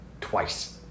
twice